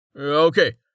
Okay